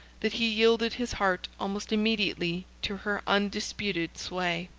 that he yielded his heart almost immediately to her undisputed sway.